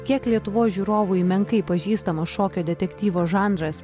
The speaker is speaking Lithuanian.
kiek lietuvos žiūrovui menkai pažįstamas šokio detektyvo žanras